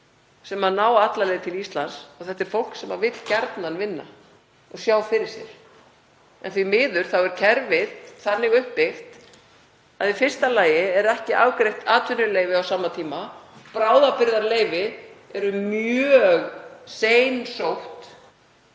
sem ná alla leið til Íslands og þetta er fólk sem vill gjarnan vinna og sjá fyrir sér, en því miður er kerfið þannig uppbyggt að í fyrsta lagi er atvinnuleyfi ekki afgreitt á sama tíma. Bráðabirgðaleyfi eru mjög seinsótt